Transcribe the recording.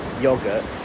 yogurt